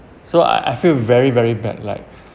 so I I feel very very bad like